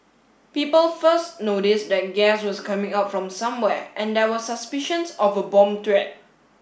people first noticed that gas was coming out from somewhere and there were suspicions of a bomb threat